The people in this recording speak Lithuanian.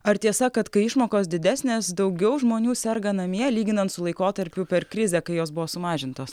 ar tiesa kad kai išmokos didesnės daugiau žmonių serga namie lyginant su laikotarpiu per krizę kai jos buvo sumažintos